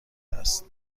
است